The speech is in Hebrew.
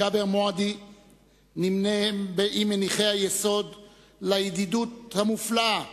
ג'בר מועדי נמנה עם מניחי היסוד לידידות המופלאה